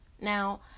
Now